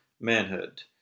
manhood